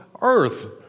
earth